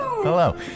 Hello